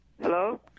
Hello